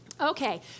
Okay